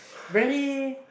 really